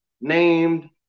named